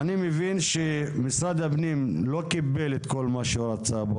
אני מבין שמשרד הפנים לא קיבל כאן את כל מה שהוא רצה,